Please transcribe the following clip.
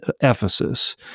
Ephesus